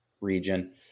region